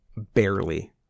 barely